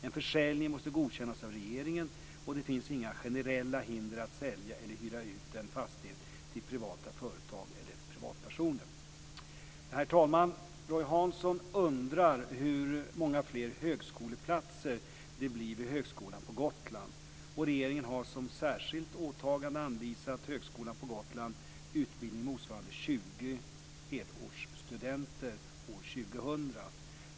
En försäljning måste godkännas av regeringen, och det finns inga generella hinder att sälja eller hyra ut en fastighet till privata företag eller privatpersoner. Herr Talman! Roy Hansson undrar hur många fler högskoleplatser det blir vid Högskolan på Gotland. Regeringen har som särskilt åtagande anvisat Högskolan på Gotland utbildning motsvarande 20 helårsstudenter år 2000.